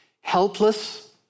Helpless